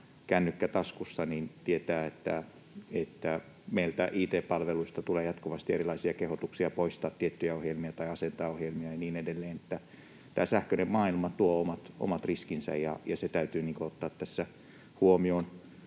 kännykkä taskussa, tietää, että meiltä it-palveluista tulee jatkuvasti erilaisia kehotuksia poistaa tiettyjä ohjelmia tai asentaa ohjelmia ja niin edelleen. Tämä sähköinen maailma tuo omat riskinsä, ja se täytyy ottaa tässä huomioon.